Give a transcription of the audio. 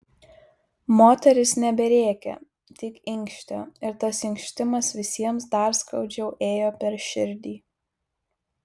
moteris neberėkė tik inkštė ir tas inkštimas visiems dar skaudžiau ėjo per širdį